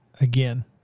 again